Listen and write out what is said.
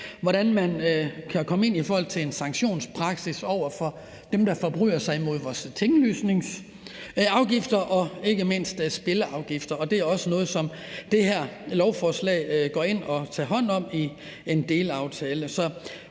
hvordan man kan komme frem til en sanktionspraksis over for dem, der forbryder sig i forhold til tinglysningsafgifter og ikke mindst spilleafgifter. Det er også noget, som det her lovforslag går ind og tager hånd om i en delaftale.